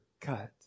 cut